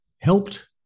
helped